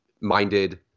minded